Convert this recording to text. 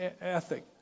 ethic